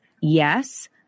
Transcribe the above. yes